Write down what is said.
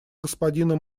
господину